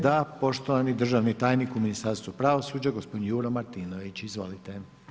Da, poštovani državni tajnik u Ministarstvu pravosuđa gospodin Juro Marinović, izvolite.